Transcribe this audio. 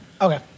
Okay